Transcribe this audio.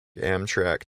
amtrak